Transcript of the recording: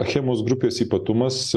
achemos grupės ypatumas